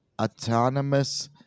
autonomous